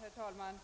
Herr talman!